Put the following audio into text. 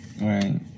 Right